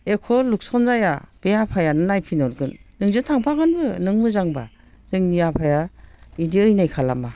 एख' लकसान जाया बे आफायानो नायफिनहरगोन नोंजों थांफागोनबो नों मोजांबा जोंनि आफाया बिदि अयनाय खालामा